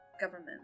government